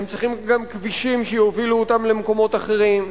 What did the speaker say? הם צריכים גם כבישים שיובילו אותם למקומות אחרים,